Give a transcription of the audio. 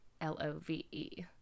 l-o-v-e